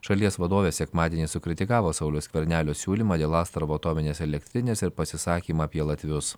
šalies vadovė sekmadienį sukritikavo sauliaus skvernelio siūlymą dėl astravo atominės elektrinės ir pasisakymą apie latvius